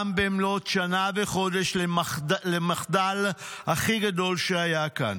גם במלאת שנה וחודש למחדל הכי גדול שהיה כאן?